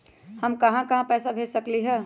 हम कहां कहां पैसा भेज सकली ह?